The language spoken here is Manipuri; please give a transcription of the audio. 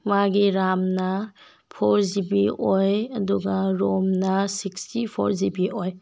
ꯃꯥꯒꯤ ꯔꯥꯝꯅ ꯐꯣꯔ ꯖꯤ ꯕꯤ ꯑꯣꯏ ꯑꯗꯨꯒ ꯔꯣꯝꯅ ꯁꯤꯛꯇꯤ ꯐꯣꯔ ꯖꯤ ꯕꯤ ꯑꯣꯏ